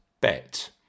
bet